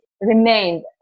Remained